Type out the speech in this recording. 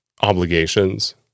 obligations